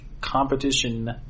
competition